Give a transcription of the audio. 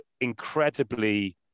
incredibly